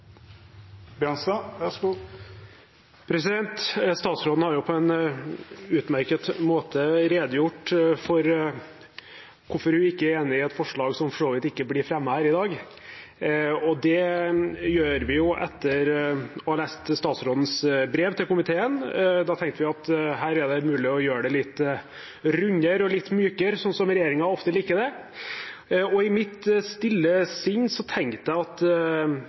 enig i et forslag som for så vidt ikke blir fremmet her i dag. Det avgjorde vi etter å ha lest statsrådens brev til komiteen. Da tenkte vi at her er det mulig å gjøre det litt rundere og litt mykere, slik som regjeringen ofte liker det. I mitt stille sinn tenkte jeg at